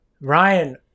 ryan